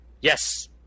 Yes